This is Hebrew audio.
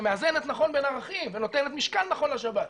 שמאזנת נכון בין ערכים ונותנת משקל נכון לשבת,